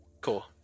Cool